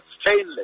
stainless